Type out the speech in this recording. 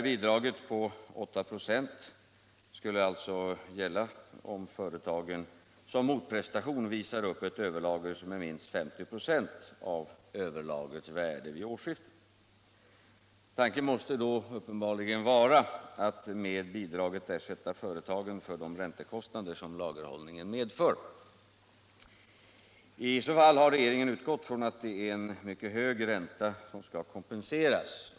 Bidraget på 8 96 skulle alltså gälla om företagen som motprestation visar upp ett överlager som är minst 50 26 av överlagrets värde vid årsskiftet. Tanken måste uppenbarligen vara att med bidraget ersätta företagen för de räntekostnader lagerhållningen medför. I så fall har regeringen utgått från att det är en mycket hög ränta som skall kompenseras.